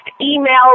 email